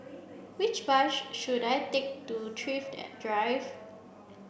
which bus should I take to Thrift Drive